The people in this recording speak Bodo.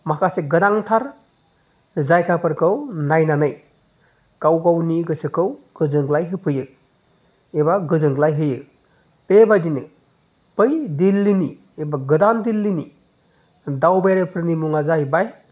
माखासे गोनांथार जायगाफोरखौ नायनानै गाव गावनि गोसोखौ गोजोनग्लाय होफैयो एबा गोजोनग्लाय होयो बेबायदिनो बै दिल्लीनि गोदान दिल्लीनि दावबायारिफोरनि मुङा जाहैबाय